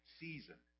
season